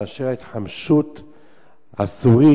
מאשר ההתחמשות הסורית,